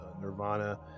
Nirvana